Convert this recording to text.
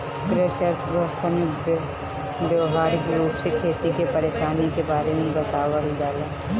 कृषि अर्थशास्त्र में व्यावहारिक रूप से खेती के परेशानी के बारे में बतावल जाला